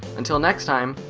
until next time,